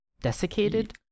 desiccated